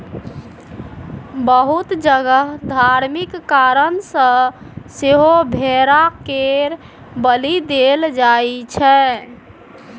बहुत जगह धार्मिक कारण सँ सेहो भेड़ा केर बलि देल जाइ छै